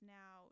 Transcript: now